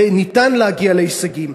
וניתן להגיע להישגים.